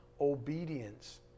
obedience